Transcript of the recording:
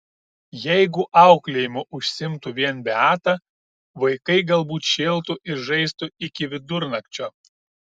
jeigu auklėjimu užsiimtų vien beata vaikai galbūt šėltų ir žaistų iki vidurnakčio